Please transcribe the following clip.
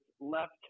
left